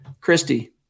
Christy